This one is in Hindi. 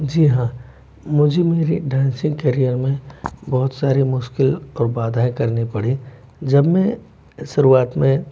जी हाँ मुझे मेरे डांसिंग करियर में बहुत सारे मुश्किल और बाधाएँ करनी पड़ी जब मैं शुरुआत में